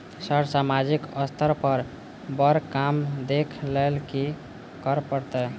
Sir सामाजिक स्तर पर बर काम देख लैलकी करऽ परतै?